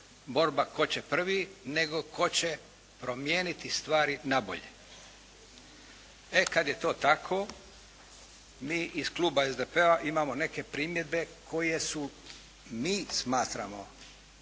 borba tko će prvi, nego tko će promijeniti stvari na bolje. E kad je to tako, mi iz kluba SDP-a imamo neke primjedbe koje su, mi smatramo